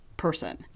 person